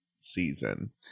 season